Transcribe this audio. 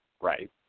Right